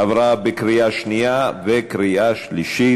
עברה בקריאה שנייה ובקריאה שלישית.